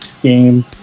game